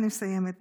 אני מסיימת,